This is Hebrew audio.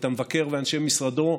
את המבקר ואנשי משרדו,